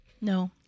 No